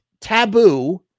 Taboo